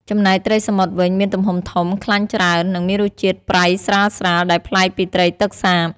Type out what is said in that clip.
ចំណែកត្រីសមុទ្រវិញមានទំហំធំ ខ្លាញ់ច្រើន និងមានរសជាតិប្រៃស្រាលៗដែលប្លែកពីត្រីទឹកសាប។